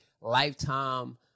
lifetime